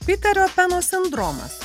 piterio peno sindromas